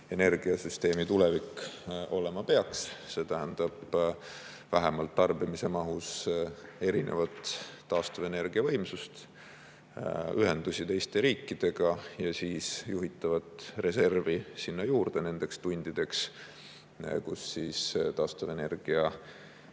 energiasüsteemi nähes aru saanud. See tähendab vähemalt tarbimise mahus erinevaid taastuvenergia võimsusi, ühendusi teiste riikidega ja juhitavat reservi sinna juurde nendeks tundideks, kui taastuvenergia